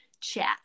chat